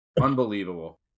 Unbelievable